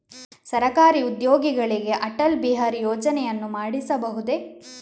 ಸರಕಾರಿ ಉದ್ಯೋಗಿಗಳಿಗೆ ಅಟಲ್ ಬಿಹಾರಿ ಯೋಜನೆಯನ್ನು ಮಾಡಿಸಬಹುದೇ?